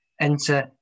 enter